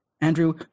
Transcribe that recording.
Andrew